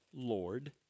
Lord